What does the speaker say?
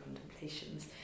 contemplations